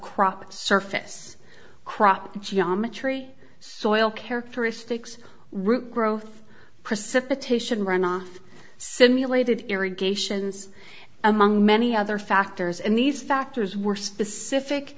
crop surface crop geometry so oil characteristics root growth precipitation runoff simulated irrigations among many other factors and these factors were specific